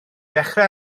dechrau